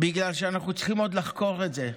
בגלל שאנחנו צריכים עוד לחקור את זה,